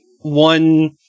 one